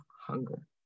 hunger